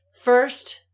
First